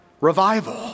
revival